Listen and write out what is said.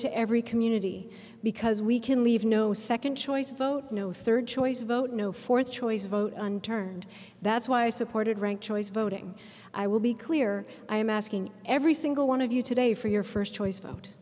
to every community because we can leave no second choice vote no third choice vote no fourth choice vote unturned that's why i supported rank choice voting i will be clear i am asking every single one of you today for your first choice